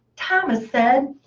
thomas said,